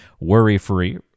worry-free